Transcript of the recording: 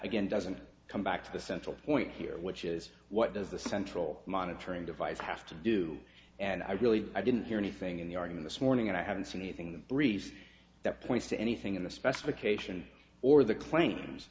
again doesn't come back to the central point here which is what does the central monitoring device have to do and i really i didn't hear anything in the organ this morning and i haven't seen anything in the briefs that points to anything in the specification or the claims